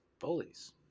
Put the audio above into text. bullies